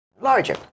larger